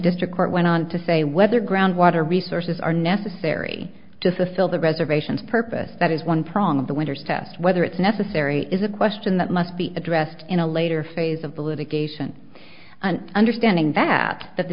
district court went on to say whether groundwater resources are necessary to sell the reservations purpose that is one prong of the winter's test whether it's necessary is a question that must be addressed in a later phase of the litigation and understanding that that the